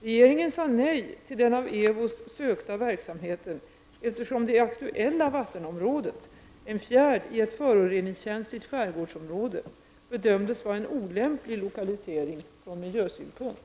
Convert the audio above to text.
Regeringen sade nej till den av Ewos sökta verksamheten, eftersom det aktuella vattenområdet, en fjärd i ett föroreningskänsligt skärgårdsområde, bedömdes vara en olämplig lokalisering från miljösynpunkt.